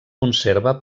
conserva